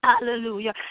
Hallelujah